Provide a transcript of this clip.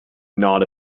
not